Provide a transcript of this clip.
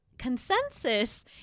consensus